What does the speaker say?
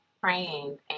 praying